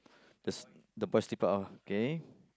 there's the part oh okay